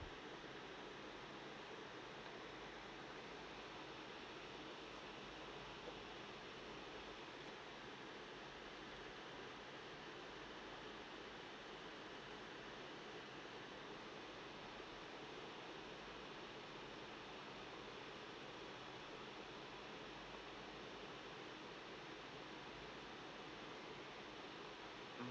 mm